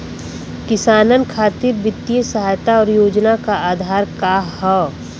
किसानन खातिर वित्तीय सहायता और योजना क आधार का ह?